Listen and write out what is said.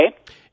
okay